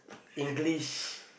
English